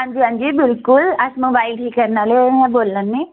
हांजी हांजी बिल्कुल अस मोबाईल ठीक करने आह्ले गै बोल्ला ने